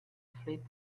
flip